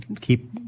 keep